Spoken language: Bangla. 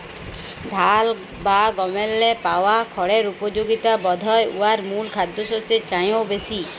ধাল বা গমেল্লে পাওয়া খড়ের উপযগিতা বধহয় উয়ার মূল খাদ্যশস্যের চাঁয়েও বেশি